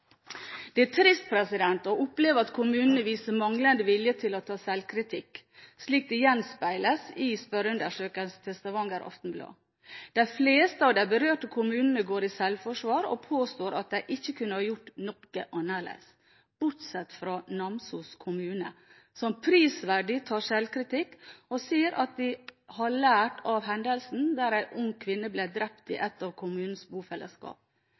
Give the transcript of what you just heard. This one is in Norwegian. Det er trist å oppleve at kommunene viser manglende vilje til å ta sjølkritikk, slik det gjenspeiles i spørreundersøkelsen til Stavanger Aftenblad. De fleste av de berørte kommunene går i sjølforsvar og påstår at de ikke kunne ha gjort noe annerledes, bortsett fra Namsos kommune, som prisverdig tar sjølkritikk og sier at de har lært av hendelsen der en ung kvinne ble drept i et av kommunens bofellesskap.